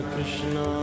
Krishna